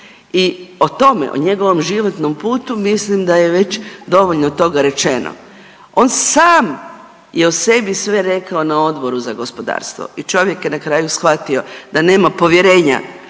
i o tome, o njegovom životnom putu mislim da je već dovoljno toga rečeno. On sam je o sebi sve rekao na Odboru za gospodarstvo i čovjek je na kraju shvatio da nema povjerenja